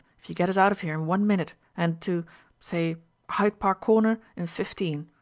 if you get us out of here in one minute and to say hyde park corner in fifteen.